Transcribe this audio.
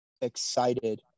excited